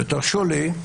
תרשו לי,